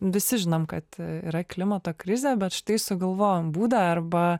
visi žinom kad yra klimato krizė bet štai sugalvojom būdą arba